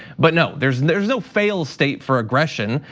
but no, there's and there's no fail state for aggression.